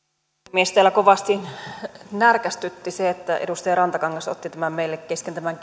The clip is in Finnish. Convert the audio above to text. puhemies täällä kovasti närkästytti se että edustaja rantakangas otti esille tämän meille kesken tämän